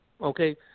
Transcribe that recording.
okay